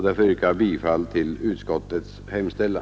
Därför yrkar jag bifall till utskottets hemställan.